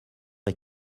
est